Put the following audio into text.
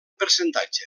percentatge